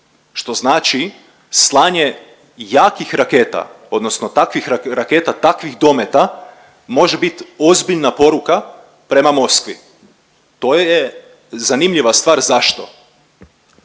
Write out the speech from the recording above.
što znači jakih raketa, odnosno takvih raketa takvih dometa može biti ozbiljna poruka prema Moskvi. To je zanimljiva stvar zašto.